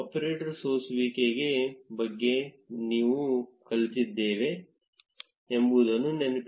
operator ಸೋಸುವಿಕೆ ಬಗ್ಗೆ ನಾವು ಕಲಿತಿದ್ದೇವೆ ಎಂಬುದನ್ನು ನೆನಪಿಡಿ